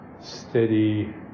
steady